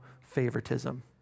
favoritism